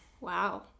Wow